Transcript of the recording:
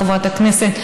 חברת הכנסת,